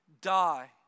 die